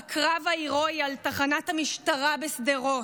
בקרב ההירואי על תחנת המשטרה בשדרות,